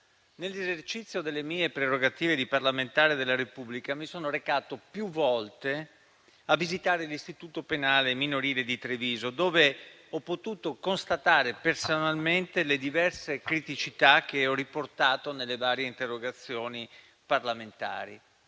Nell'esercizio delle mie prerogative di parlamentare della Repubblica, mi sono recato più volte a visitare l'istituto penale minorile di Treviso, dove ho potuto constatare personalmente le diverse criticità che ho riportato nelle varie interrogazioni parlamentari: